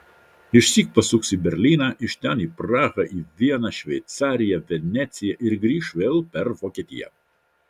išsyk pasuks į berlyną iš ten per prahą į vieną šveicariją veneciją ir grįš vėl per vokietiją